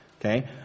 okay